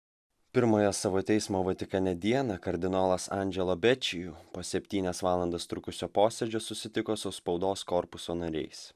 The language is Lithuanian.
pirmąją savo teismo vatikane dieną kardinolas andželo bečiju po septynias valandas trukusio posėdžio susitiko su spaudos korpuso nariais